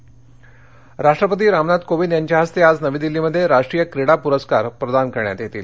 क्रीडा परस्कार राष्ट्रपती रामनाथ कोविंद यांच्या हस्ते आज नवी दिल्लीमध्ये राष्ट्रीय क्रीडा पुरस्कार प्रदान करण्यात येतील